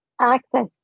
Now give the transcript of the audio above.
access